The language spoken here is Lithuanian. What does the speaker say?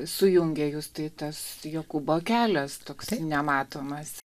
sujungė jus tai tas jokūbo kelias toks nematomas